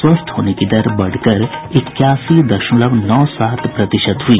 स्वस्थ होने की दर बढ़कर इक्यासी दशमलव नौ सात प्रतिशत हुई